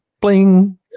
bling